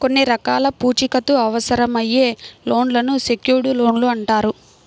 కొన్ని రకాల పూచీకత్తు అవసరమయ్యే లోన్లను సెక్యూర్డ్ లోన్లు అంటారు